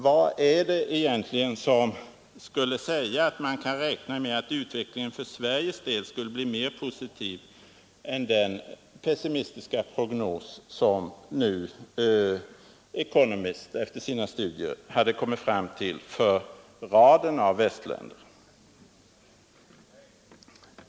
Vad är det egentligen som säger att man kan räkna med att utvecklingen för Sveriges del skall bli mer positiv än den pessimistiska prognos som nu Economist efter sina studier har kommit fram till för en rad västländer?